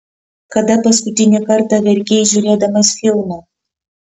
kada paskutinį kartą verkei žiūrėdamas filmą